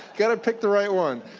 got to pick the right one.